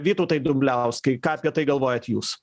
vytautai dumbliauskai ką apie tai galvojat jūs